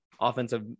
offensive